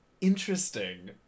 interesting